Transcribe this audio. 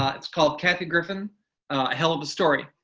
um it's called kathy griffin, a hell of a story.